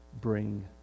bring